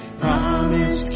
promise